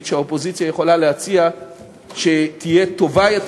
שהאופוזיציה יכולה להציע שתהיה טובה יותר,